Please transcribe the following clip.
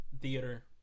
theater